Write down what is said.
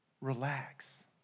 Relax